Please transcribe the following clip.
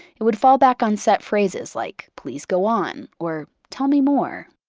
it would fall back on set phrases like, please go on, or, tell me more.